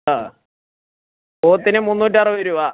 ആ പോത്തിന് മൂന്നുറ്റി അറുപത് രൂപ